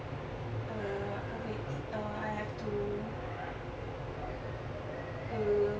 uh okay it I have to uh